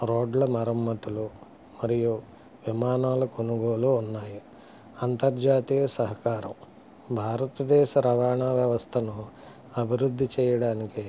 రోడ్ల మరమ్మతులు మరియు విమానాల కొనుగోలు ఉన్నాయి అంతర్జాతీయ సహకారం భారతదేశ రవాణా వ్యవస్థను అభివృద్ధి చేయడానికి